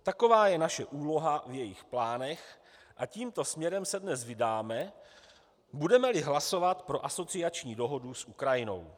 Taková je naše úloha v jejich plánech a tímto směrem se dnes vydáme, budemeli hlasovat pro asociační dohodu s Ukrajinou.